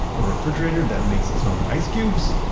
a refrigerator that makes its own ice cubes?